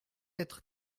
être